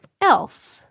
Elf